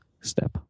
step